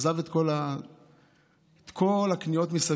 מייד עזב את כל הקניות מסביב,